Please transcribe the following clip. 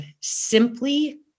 simply